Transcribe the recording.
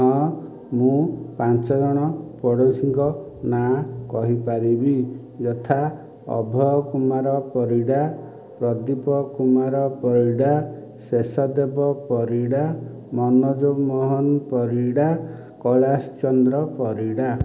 ହଁ ମୁଁ ପାଞ୍ଚ ଜଣ ପଡ଼ୋଶୀଙ୍କ ନାଁ କହିପାରିବି ଯଥା ଅଭୟ କୁମାର ପରିଡ଼ା ପ୍ରଦୀପ କୁମାର ପରିଡ଼ା ଶେଷଦେବ ପରିଡ଼ା ମନୋଜ ମୋହନ ପରିଡ଼ା କୈଳାସ ଚନ୍ଦ୍ର ପରିଡ଼ା